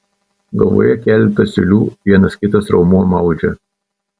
galvoje keletas siūlių vienas kitas raumuo maudžia